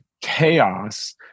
chaos